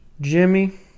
Jimmy